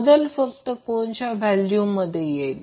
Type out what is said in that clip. बदल फक्त कोनच्या व्हॅल्यूमध्ये होईल